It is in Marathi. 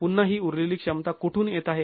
पुन्हा ही उरलेली क्षमता कुठून येत आहे